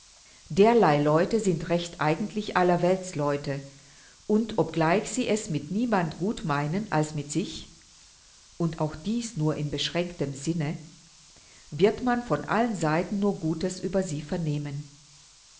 derlei leute sind recht eigentlich allerwelts leute und obgleich sie es mit niemand gut meinen als mit sich und auch dieß nur in beschränktem sinne wird man von allen seiten nur gutes über sie vernehmen